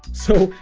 so,